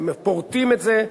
פורטים את זה,